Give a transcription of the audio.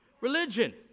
Religion